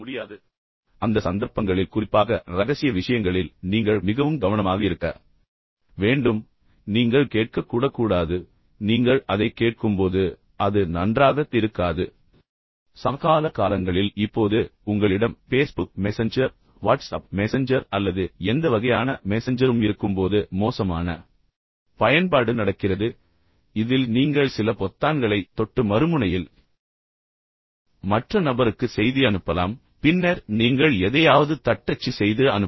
எனவே அந்த சந்தர்ப்பங்களில் குறிப்பாக ரகசிய விஷயங்களில் நீங்கள் மிகவும் கவனமாக இருக்க வேண்டும் எனவே நீங்கள் கேட்கக்கூட கூடாது எனவே நீங்கள் அதைக் கேட்கும்போது அது நன்றாகத் இருக்காது சமகால காலங்களில் இப்போது உங்களிடம் பேஸ்புக் மெசஞ்சர் வாட்ஸ்அப் மெசஞ்சர் அல்லது எந்த வகையான மெசஞ்சரும் இருக்கும்போது மோசமான பயன்பாடு நடக்கிறது இதில் நீங்கள் சில பொத்தான்களைத் தொட்டு மறுமுனையில் மற்ற நபருக்கு செய்தி அனுப்பலாம் பின்னர் நீங்கள் எதையாவது தட்டச்சு செய்து அனுப்பலாம்